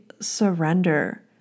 surrender